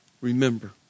Remember